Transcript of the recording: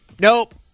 nope